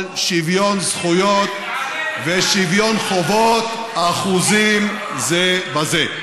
אבל שוויון זכויות ושוויון חובות אחוזים זה בזה.